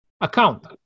account